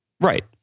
Right